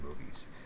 movies